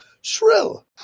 Shrill